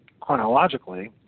chronologically